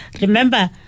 Remember